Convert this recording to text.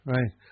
Right